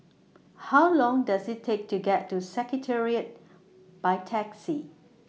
How Long Does IT Take to get to Secretariat By Taxi